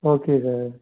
okay sir